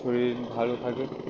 শরীর ভালো থাকে